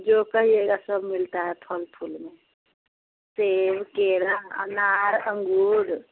जो कहियेगा सब मिलता है फल फूल में सेव केला अनार अंगूर